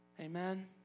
Amen